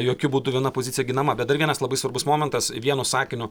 jokiu būdu viena pozicija ginama bet dar vienas labai svarbus momentas vienu sakiniu